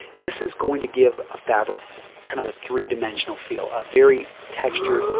this is going to give a fabric kind of a three dimensional feel, a very textured,